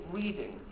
reading